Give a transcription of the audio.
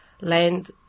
land